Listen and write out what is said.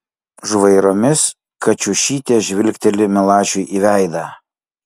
žvairomis kačiušytė žvilgteli milašiui į veidą